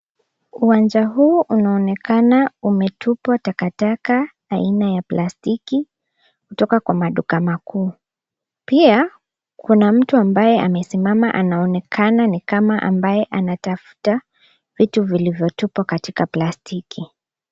Uwanja huu unaonekana umetupwa takataka aina ya plastiki kutoka kwa maduka makuu. Pia kuna mtu ambaye amesimama anaonekana nikama ambaye anatafuta vitu vilivyotupwa katika plastiki.